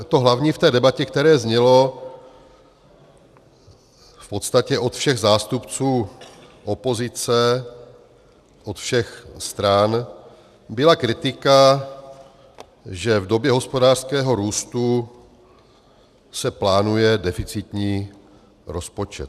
To hlavní v té debatě, které znělo v podstatě od všech zástupců opozice, od všech stran, byla kritika, že v době hospodářského růstu se plánuje deficitní rozpočet.